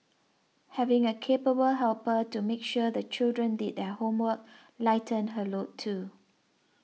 having a capable helper to make sure the children did their homework lightened her load too